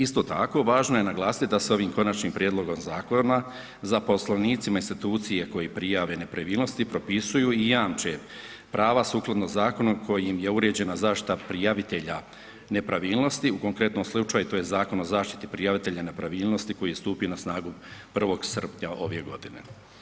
Isto tako, važno je naglasiti da se ovim konačnim prijedlogom zakona zaposlenicima institucije koji prijave nepravilnosti, propisuju i jamče prava sukladno zakonu koji im je uređena zaštita prijavitelja nepravilnosti, u konkretnom slučaju to je Zakon o zaštiti prijavitelja nepravilnosti koji je stupio na snagu 1. srpnja ove godine.